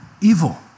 evil